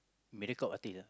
Mediacorp artist ah